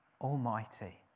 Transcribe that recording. Almighty